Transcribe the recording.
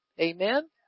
Amen